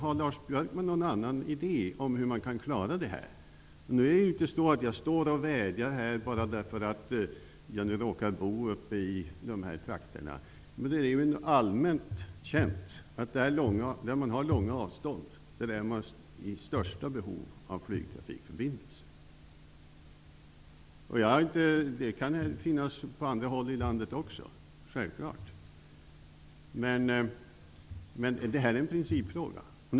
Har Lars Björkman någon annan idé om hur man kan klara detta? Jag vädjar här inte bara därför att jag råkar bo i de berörda trakterna. Det är allmänt känt att det är där man har långa avstånd som man har de största behoven av flygtrafikförbindelser. Självfallet kan det finnas sådana behov också på andra håll i landet, men det här är en principfråga.